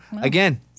again